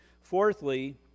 Fourthly